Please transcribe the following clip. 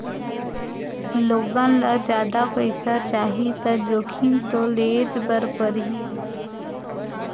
लोगन ल जादा पइसा चाही त जोखिम तो लेयेच बर परही